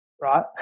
right